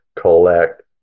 collect